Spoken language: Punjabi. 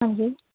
ਹਾਂਜੀ